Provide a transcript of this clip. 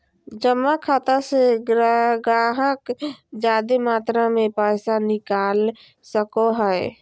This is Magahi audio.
जमा खाता से गाहक जादे मात्रा मे पैसा निकाल सको हय